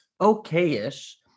okay-ish